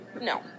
No